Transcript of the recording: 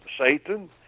Satan